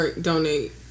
donate